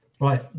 Right